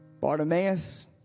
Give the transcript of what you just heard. Bartimaeus